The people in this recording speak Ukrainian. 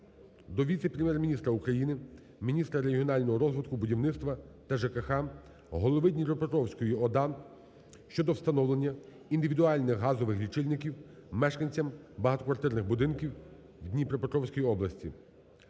до віце-прем'єр-міністра України - міністра регіонального розвитку, будівництва та ЖКГ, голови Дніпропетровської ОДА щодо встановлення індивідуальних газових лічильників мешканцям багатоквартирних будинків в Дніпропетровській області.